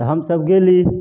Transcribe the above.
तऽ हमसभ गेली